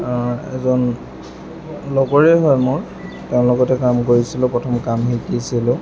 এজন লগৰে হয় মোৰ তেওঁৰ লগতে কাম কৰিছিলোঁ প্ৰথম কাম শিকিছিলোঁ